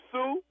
Sue